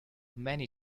many